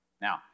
Now